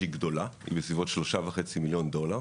שהיא גדולה בסביבות 3.5 מיליון דולר,